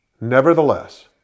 nevertheless